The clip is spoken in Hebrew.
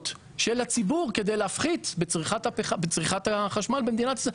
של הציבור כדי להפחית בצריכה החשמל במדינת ישראל.